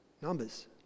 Numbers